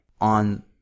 on